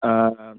ആ ആ